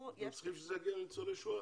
והוא צריך להגיע לניצולי שואה.